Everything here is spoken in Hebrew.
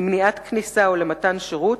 למניעת כניסה או למתן שירות,